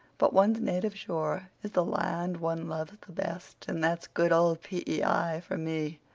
but one's native shore is the land one loves the best, and that's good old p e i. for me.